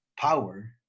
power